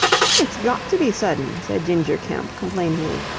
it's got to be sudden, said ginger kemp, complainingly.